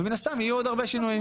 ומן הסתם יהיו עוד הרבה שינויים.